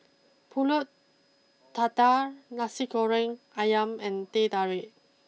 Pulut Tatal Nasi Goreng Ayam and Teh Tarik